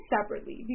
separately